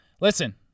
Listen